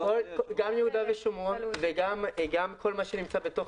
גם יהודה ושומרון וגם כל מה שנמצא בתוך